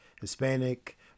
Hispanic